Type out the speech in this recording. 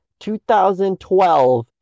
2012